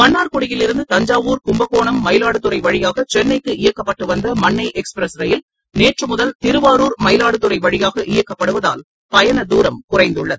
மன்னார்குடியிலிருந்து தஞ்சாவூர் கும்பகோணம் மயிலாடுதுறை வழியாக சென்னைக்கு இயக்கப்பட்டு வந்த மன்னை எக்ஸ்பிரஸ் ரயில் நேற்றுமுதல் திருவாரூர் மயிவாடுதுறை வழியாக இயக்கப்படுவதால் பயண தூரம் குறைந்துள்ளது